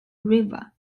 river